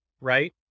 right